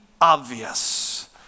obvious